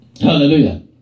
Hallelujah